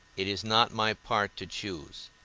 it is not my part to choose